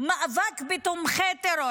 מאבק בתומכי טרור.